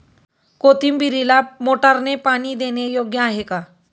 कोथिंबीरीला मोटारने पाणी देणे योग्य आहे का?